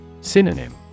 Synonym